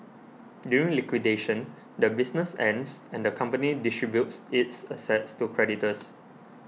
during liquidation the business ends and the company distributes its assets to creditors